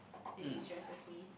it de stresses me